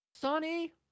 Sunny